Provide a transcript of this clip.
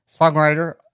Songwriter